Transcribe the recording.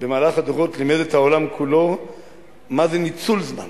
במהלך הדורות לימד את העולם כולו מה זה ניצול זמן